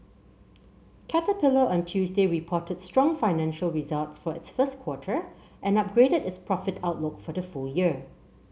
Caterpillar on Tuesday reported strong financial results for its first quarter and upgraded its profit outlook for the full year